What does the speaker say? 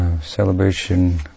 celebration